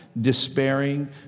despairing